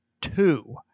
two